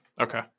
Okay